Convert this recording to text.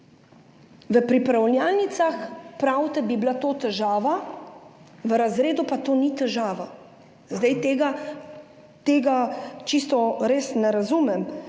v pripravljalnicah, pravite, bi bila to težava, v razredu pa to ni težava. Zdaj tega čisto res ne razumem,